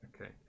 okay